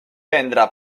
prendre